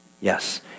Yes